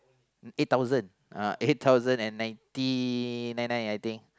eight thousand and ninety nine nine I think